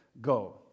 go